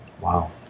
Wow